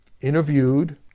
interviewed